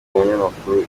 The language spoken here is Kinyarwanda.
umunyamakuru